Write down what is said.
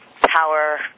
power